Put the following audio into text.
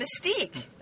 Mystique